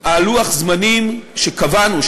לוח-הזמנים שקבענו,